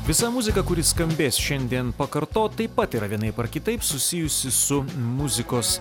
visa muzika kuri skambės šiandien pakartot taip pat yra vienaip ar kitaip susijusi su muzikos